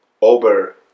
over